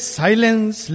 silence